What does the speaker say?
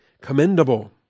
Commendable